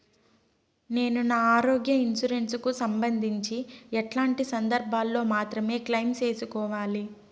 నేను నా ఆరోగ్య ఇన్సూరెన్సు కు సంబంధించి ఎట్లాంటి సందర్భాల్లో మాత్రమే క్లెయిమ్ సేసుకోవాలి?